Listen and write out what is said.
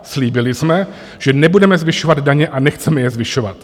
Slíbili jsme, že nebudeme zvyšovat daně a nechceme je zvyšovat.